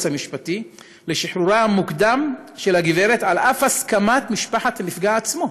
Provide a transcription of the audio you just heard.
המשפטי לשחרורה המוקדם של הגברת על אף הסכמת משפחת הנפגע עצמו?